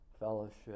fellowship